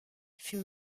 fut